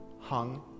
hung